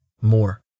More